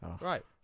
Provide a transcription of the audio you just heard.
right